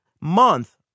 month